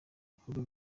bikorwa